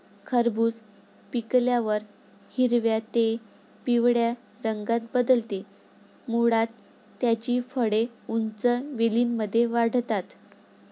खरबूज पिकल्यावर हिरव्या ते पिवळ्या रंगात बदलते, मुळात त्याची फळे उंच वेलींमध्ये वाढतात